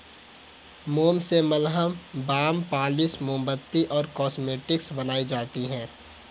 मोम से मलहम, बाम, पॉलिश, मोमबत्ती और कॉस्मेटिक्स बनाई जाती है